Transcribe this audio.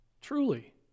truly